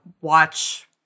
watch